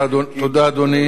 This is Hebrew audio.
רבותי,